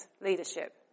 leadership